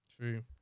True